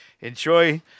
Enjoy